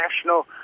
national